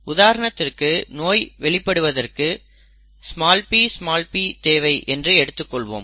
உதாரணத்திற்கு நோய் வெளிப்படுவதற்கு pp தேவை என்று எடுத்துக்கொள்வோம்